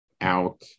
out